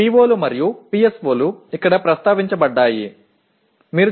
க்கள் உள்ளன இதைத்தான் நாம் எழுதியுள்ளோம்